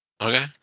okay